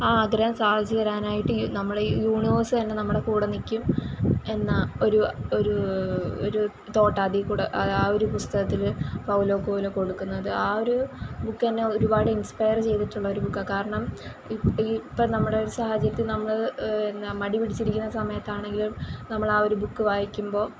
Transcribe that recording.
ആ ആഗ്രഹം സാധിച്ച് തരാനായിട്ട് നമ്മളുടെ യൂണിവേർസ് തന്നെ നമ്മുടെ കൂടെ നിൽക്കും എന്ന ഒരു ഒരു ഒരു തൊട്ടാണ് അതിൽ കൂടെ ആ ഒരു പുസ്തകത്തില് പൗലോ കൊയ്ലോ കൊടുക്കുന്നത് ആ ഒരു ബുക്ക് എന്നെ ഒരുപാട് ഇൻസ്പയർ ചെയ്തിട്ടുള്ളൊ ഒരു ബുക്കാണ് കാരണം ഈ ഇപ്പോൾ നമ്മുടെ ഒരു സാഹചര്യത്തിൽ നമ്മള് എന്താ മടി പിടിച്ചിരിക്കുന്ന സമയത്ത് ആണെങ്കിലും നമ്മളാ ഒരു ബുക്ക് വായിക്കുമ്പോൾ